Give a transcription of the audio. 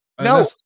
No